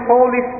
Holy